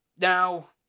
Now